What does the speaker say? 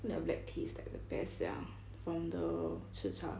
I think their black tea is like the best sia from the CHICHA